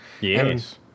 Yes